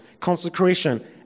consecration